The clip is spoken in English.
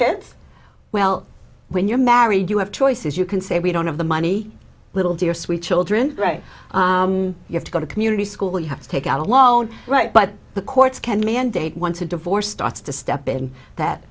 kids well when you're married you have choices you can say we don't have the money little dear sweet children you have to go to community school you have to take out a loan right but the courts can mandate once a divorce starts to step in that